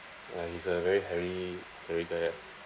ya he's a very hairy hairy guy ah